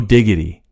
Diggity